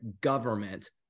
government